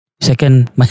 Second